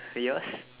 yours